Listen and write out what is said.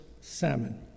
salmon